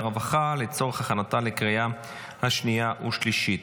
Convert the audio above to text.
והרווחה לצורך הכנתה לקריאה השנייה והשלישית.